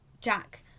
Jack